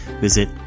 visit